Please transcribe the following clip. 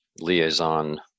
liaison